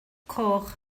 coch